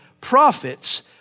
prophets